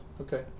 Okay